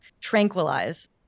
tranquilize